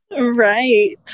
right